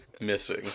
missing